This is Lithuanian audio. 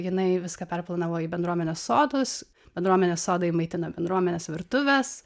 jinai viską perplanavo į bendruomenės sodus bendruomenės sodai maitina bendruomenės virtuves